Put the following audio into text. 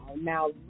Now